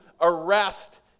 arrest